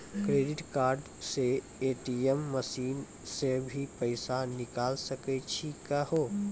Credit card से ATM machine से भी पैसा निकल सकै छि का हो?